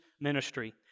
ministry